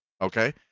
Okay